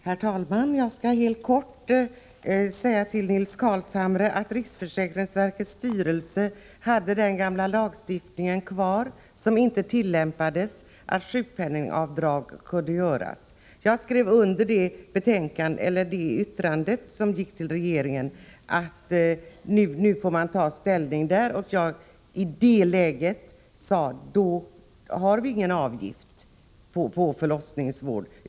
Herr talman! Jag skall helt kort säga till Nils Carlshamre att lagstiftningen som inte tillämpades, dvs. att sjukpenningavdrag kunde göras, borde förtydligas. Jag skrev under riksförsäkringsverkets yttrande till regeringen. Yttrandet gick ut på att regeringen fick ta ställning. I det läget sade vi oss att det inte skulle vara någon avgift över huvud taget när det gällde förlossningsvård.